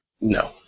No